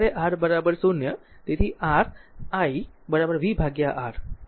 તેથી જ્યારે R 0 તેથી r i v R